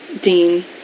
Dean